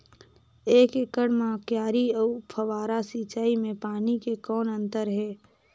एक एकड़ म क्यारी अउ फव्वारा सिंचाई मे पानी के कौन अंतर हे?